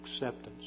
acceptance